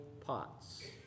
pots